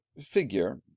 figure